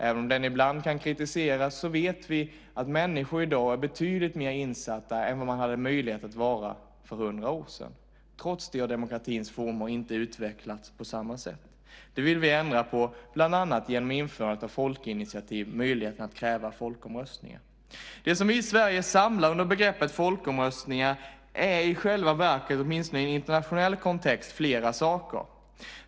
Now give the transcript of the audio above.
Även om den ibland kan kritiseras vet vi att människor i dag är betydligt mer insatta än vad de hade möjlighet att vara för 100 år sedan. Trots det har demokratins former inte utvecklats på samma sätt. Det vill vi ändra på, bland annat genom införande av folkinitiativ, möjligheten att kräva folkomröstningar. Det som vi i Sverige samlar under begreppet folkomröstningar är i själva verket, åtminstone i en internationell kontext, flera saker.